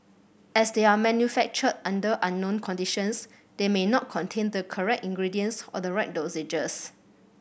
as they are manufactured under unknown conditions they may not contain the correct ingredients or the right dosages